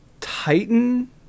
Titan